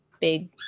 big